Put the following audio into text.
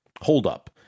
holdup